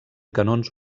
canons